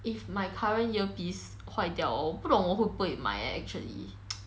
if my current earpiece 坏掉 hor 我不懂我会不会买 actually